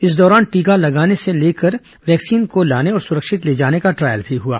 इस दौरान टीका लगाने से लेकर वैक्सीन को लाने और सुरक्षित ले जाने का ट्रायल भी हुआ